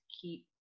keep